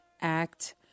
Act